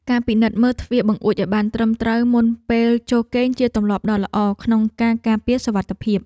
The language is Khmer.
ការពិនិត្យមើលទ្វារបង្អួចឱ្យបានត្រឹមត្រូវមុនពេលចូលគេងជាទម្លាប់ដ៏ល្អក្នុងការការពារសុវត្ថិភាព។